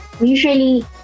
usually